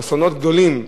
אסונות גדולים,